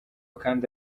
kandi